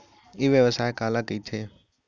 ई व्यवसाय काला कहिथे?